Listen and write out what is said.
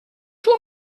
schon